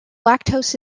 lactose